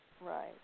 Right